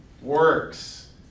works